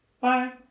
Bye